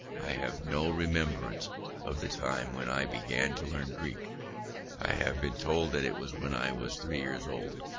i have no remembrance of the time when i began to learn greek i have been told that it was when i was three years old.